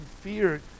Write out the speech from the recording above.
fear